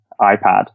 iPad